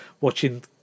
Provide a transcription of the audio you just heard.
watching